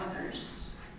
others